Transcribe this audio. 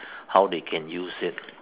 how they can use it